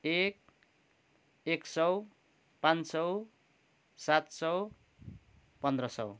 एक एक सौ पाँच सौ सात सौ पन्ध्र सौ